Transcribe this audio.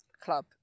club